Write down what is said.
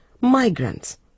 Migrants